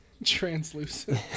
Translucent